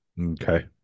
Okay